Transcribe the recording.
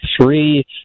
three